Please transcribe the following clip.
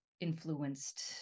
influenced